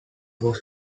was